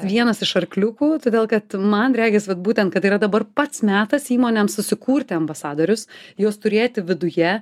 vienas iš arkliukų todėl kad man regis vat būtent kad yra dabar pats metas įmonėms susikurti ambasadorius juos turėti viduje